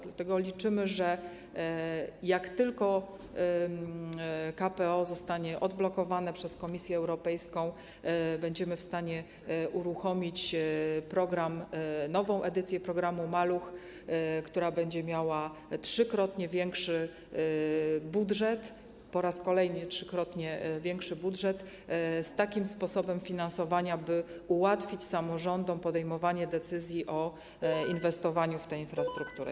Dlatego liczymy, że jak tylko KPO zostanie odblokowany przez Komisję Europejską, będziemy w stanie uruchomić nową edycję programu ˝Maluch+˝, która będzie miała trzykrotnie większy budżet, po raz kolejny trzykrotnie większy budżet z takim sposobem finansowania, by ułatwić samorządom podejmowanie decyzji o inwestowaniu w tę infrastrukturę.